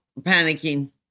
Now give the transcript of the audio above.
panicking